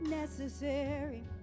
necessary